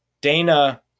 Dana